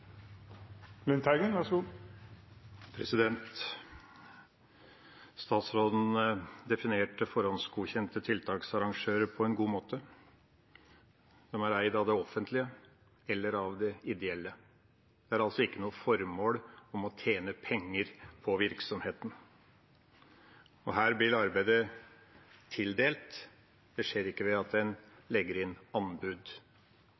eid av det offentlige eller av det ideelle. Det er altså ikke noe formål om å tjene penger på virksomheten. Her blir arbeidet tildelt; det skjer ikke ved at